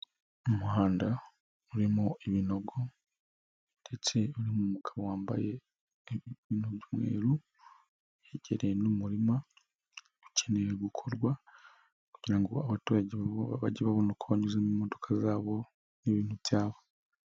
Umuhanda urimo iminogo ndetse urimo umugabo wambaye umweru yegereye n'umurima, ukeneye gukorwa kugira ngo abaturage bajye babona uko banyuzamo imodoka zabo n'ibintu byabo.